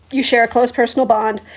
you share a close personal bond.